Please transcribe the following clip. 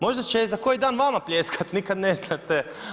Možda će za koji dan vama pljeskati, nikad ne znate.